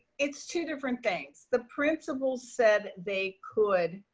it's two different things. the principals said they could,